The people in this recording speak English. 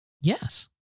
Yes